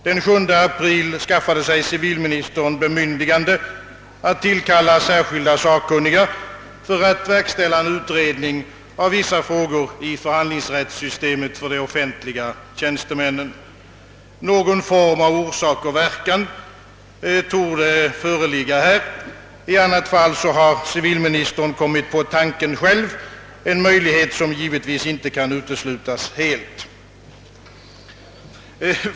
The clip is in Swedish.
Den 7 april skaffade sig civilministern bemyndigande att tillkalla särskilda sakkunniga för att verkställa en utredning av vissa frågor i förhandlingsrättssystemet för de offentliga tjänstemännen. Någon form av orsak och verkan torde föreligga här. I annat fall har civilministern kommit på tanken själv — en möjlighet som givetvis inte kan uteslutas helt.